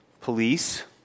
police